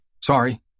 Sorry